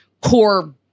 core